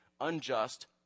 unjust